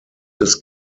des